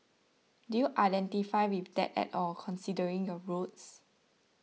do you identify with that at all considering your roots